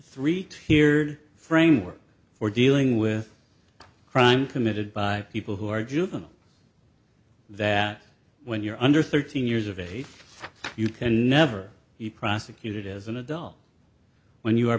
three tiered framework for dealing with crime committed by people who are juvenile that when you're under thirteen years of age you can never be prosecuted as an adult when you are